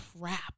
crap